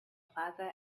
plaza